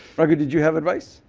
did you have advice?